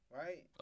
right